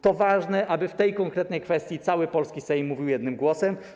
To ważne, aby w tej konkretnej kwestii cały polski Sejm mówił jednym głosem.